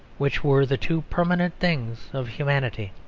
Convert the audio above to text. which were the two permanent things of humanity.